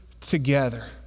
together